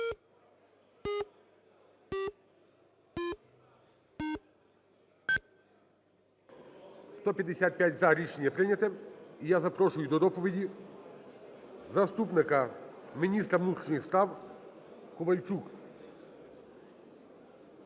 За-155 Рішення прийняте. І я запрошую до доповіді заступника міністра внутрішніх справ Ковальчук.